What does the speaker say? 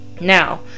Now